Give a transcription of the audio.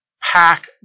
pack